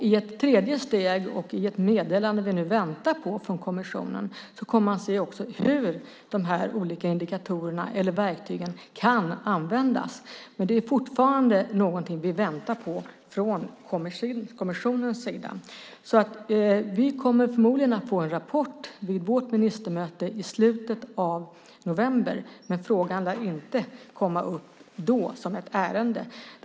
I ett tredje steg, och i ett meddelande vi nu väntar på från kommissionen, kommer man att se hur de olika verktygen kan användas. Men det är fortfarande någonting vi väntar på från kommissionens sida. Vi kommer förmodligen att få en rapport vid vårt ministermöte i slutet av november, men frågan lär inte komma upp som ett ärende då.